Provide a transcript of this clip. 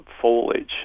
foliage